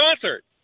concert